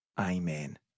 Amen